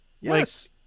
Yes